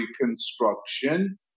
Reconstruction